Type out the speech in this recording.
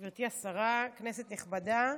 גברתי השרה, כנסת נכבדה,